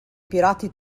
pirati